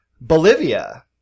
Bolivia